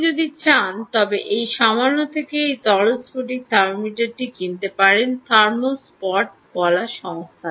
আপনি যদি চান তবে এই সামান্য থেকে এই তরল স্ফটিক থার্মোমিটার কিনতে পারেন থার্মো স্পট বলা হয় যে সংস্থা